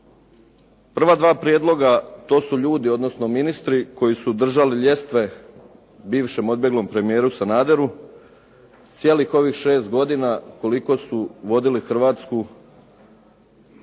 Prva dva prijedloga, to su ljudi odnosno ministri koji su držali ljestve bivšem odbjeglom premijeru Sanaderu cijelih ovih šest godina koliko su vodili Hrvatsku prema